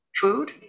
food